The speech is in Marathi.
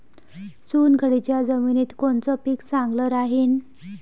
चुनखडीच्या जमिनीत कोनचं पीक चांगलं राहीन?